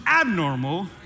abnormal